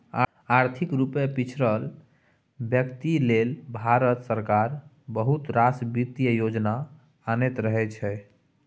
आर्थिक रुपे पिछरल बेकती लेल भारत सरकार बहुत रास बित्तीय योजना अनैत रहै छै